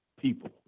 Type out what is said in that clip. people